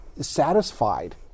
satisfied